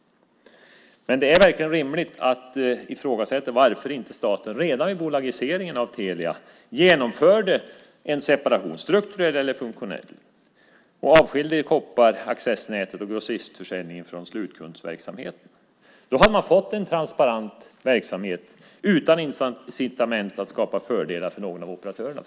Det är verkligen rimligt att ifrågasätta varför staten inte redan vid bolagiseringen av Telia genomförde en separation, strukturell eller funktionell, och avskilde kopparaccessnätet och grossistförsäljningen från slutkundsverksamheten. Då hade man fått en transparent verksamhet utan incitament för att skapa fördelar för ägarna.